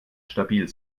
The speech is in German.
stabil